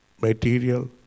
material